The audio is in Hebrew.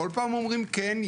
כל פעם אומרים כן,